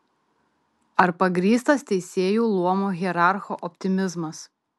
ar pagrįstas teisėjų luomo hierarcho optimizmas